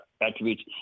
attributes